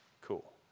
Cool